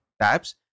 tabs